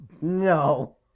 no